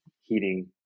heating